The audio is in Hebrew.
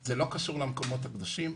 זה לא קשור למקומות הקדושים,